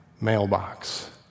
mailbox